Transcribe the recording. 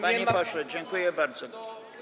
Panie pośle, dziękuję bardzo.